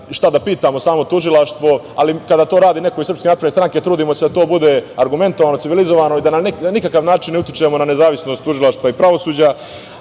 šta da pitamo samo tužilaštvo, ali kada to radi neko iz SNS, trudimo se da to bude argumentovano, civilizovano i da na nikakav način ne utičemo na nezavisnost tužilaštva i pravosuđa. Ne